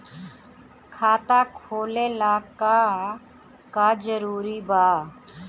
खाता खोले ला का का जरूरी बा?